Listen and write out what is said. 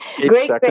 Great